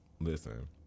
Listen